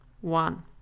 One